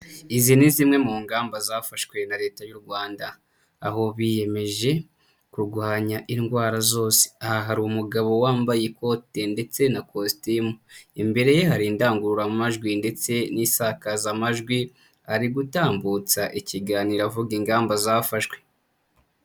Izi ni zimwe mu ngamba zafashwe na Leta y'u Rwanda, aho biyemeje kurwanya indwara zose, aha hari umugabo wambaye ikote ndetse na kositimu, imbere ye hari indangururamajwi ndetse n'isakazamajwi, ari gutambutsa ikiganiro avuga ingamba zafashwe.